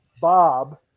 Bob